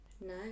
No